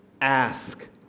ask